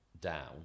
down